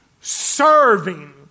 serving